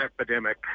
epidemic